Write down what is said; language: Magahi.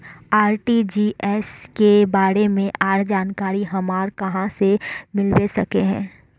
आर.टी.जी.एस के बारे में आर जानकारी हमरा कहाँ से मिलबे सके है?